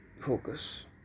Focus